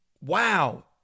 wow